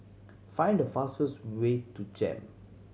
find the fastest way to JEM